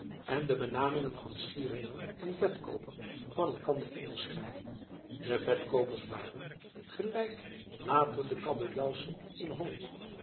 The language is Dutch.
en de benamingen van schieringer en vetkooper van elkander onderscheidden de vetkoopers waren gelijk later de kabeljauwschen in holland